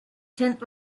tent